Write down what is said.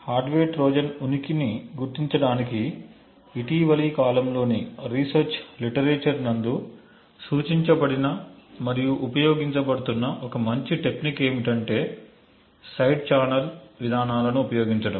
hardware trojan ఉనికిని గుర్తించడానికి ఇటీవలి కాలములోని రీసెర్చ్ లిటరేచర్నందు సూచించబడిన మరియు ఉపయోగించబడుతున్న ఒక మంచి టెక్నిక్ ఏమిటంటే సైడ్ ఛానల్ విధానాలను ఉపయోగించడం